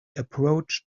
approached